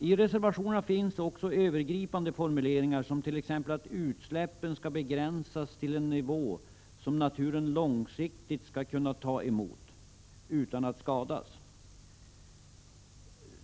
I reservationerna finns också övergripande formuleringar som att utsläppen skall begränsas till en nivå som naturen långsiktigt kan ta emot utan att skadas.